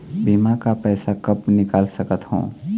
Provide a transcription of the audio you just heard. बीमा का पैसा कब निकाल सकत हो?